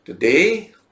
Today